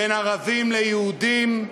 בין ערבים ליהודים,